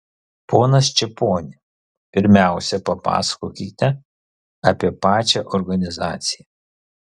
ponas čeponi pirmiausia papasakokite apie pačią organizaciją